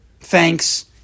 thanks